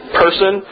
person